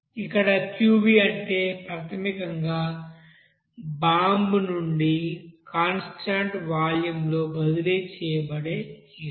ఇక్కడ Qv అనేది ప్రాథమికంగా బాంబునుండి కాన్స్టాంట్ వాల్యూమ్లో బదిలీ చేయబడే హీట్